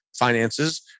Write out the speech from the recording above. finances